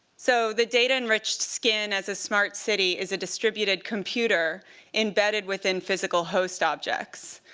so the data-enriched skin as a smart city is a distributed computer embedded within physical host objects.